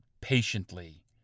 patiently